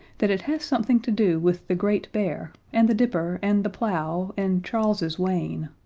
that it has something to do with the great bear, and the dipper, and the plough, and charles's wain.